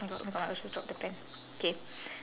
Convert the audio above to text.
oh my god oh my god I just dropped the pen K